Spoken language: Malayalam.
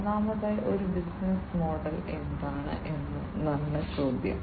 ഒന്നാമതായി ഒരു ബിസിനസ്സ് മോഡൽ എന്താണ് എന്നതാണ് ചോദ്യം